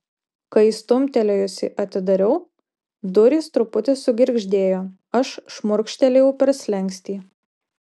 kai stumtelėjusi atidariau durys truputį sugirgždėjo aš šmurkštelėjau per slenkstį